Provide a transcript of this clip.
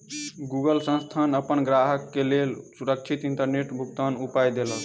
Google संस्थान अपन ग्राहक के लेल सुरक्षित इंटरनेट भुगतनाक उपाय देलक